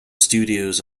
studios